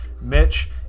mitch